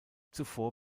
zuvor